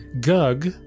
...Gug